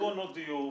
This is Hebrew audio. פתרונות דיור,